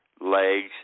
legs